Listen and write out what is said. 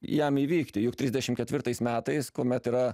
jam įvykti juk trisdešim ketvirtais metais kuomet yra